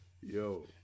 Yo